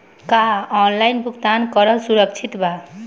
का ऑनलाइन भुगतान करल सुरक्षित बा?